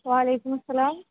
وعلیکم السّلام